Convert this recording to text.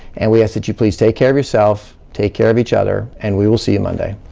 and we ask that you please take care of yourself, take care of each other, and we will see you monday.